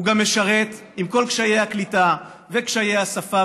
הוא משרת עם כל קשיי הקליטה וקשיי השפה,